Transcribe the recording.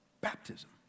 Baptism